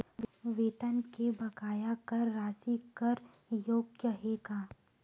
वेतन के बकाया कर राशि कर योग्य हे का?